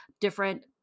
different